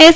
S